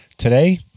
Today